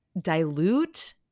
dilute